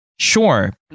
Sure